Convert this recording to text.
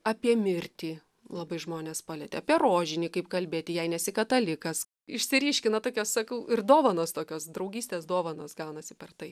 apie mirtį labai žmones palietė apie rožinį kaip kalbėti jei nesi katalikas išsiryškina tokios sakau ir dovanos tokios draugystės dovanos gaunasi per tai